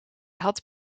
had